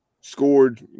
Scored